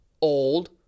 Old